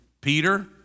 peter